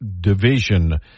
division